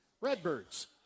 Redbirds